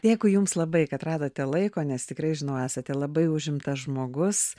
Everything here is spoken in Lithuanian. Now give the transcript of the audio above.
dėkui jums labai kad radote laiko nes tikrai žinau esate labai užimtas žmogus